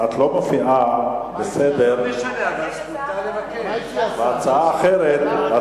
את לא מופיעה בסדר, יש הצעה אחרת.